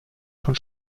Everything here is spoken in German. schon